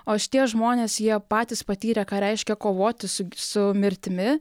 o šitie žmonės jie patys patyrę ką reiškia kovoti su su mirtimi